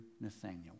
Nathaniel